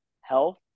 health